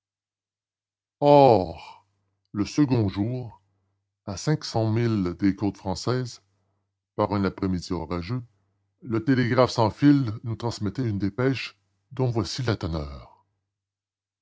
le second jour à cinq cents milles des côtes françaises par une après-midi orageuse le télégraphe sans fil nous transmettait une dépêche dont voici la teneur